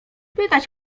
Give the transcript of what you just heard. pytać